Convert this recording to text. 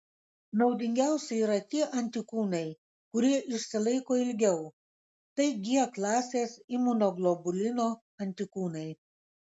naudingiausi yra tie antikūnai kurie išsilaiko ilgiau tai g klasės imunoglobulino antikūnai